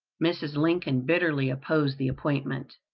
mrs. lincoln bitterly opposed the appointment.